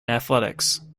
athletics